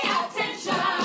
attention